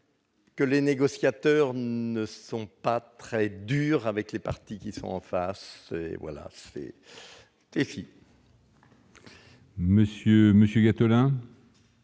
Que les négociateurs ne sont pas très dur avec les partis qui sont en face, et voilà, c'est fini. Monsieur monsieur